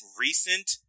recent